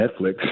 Netflix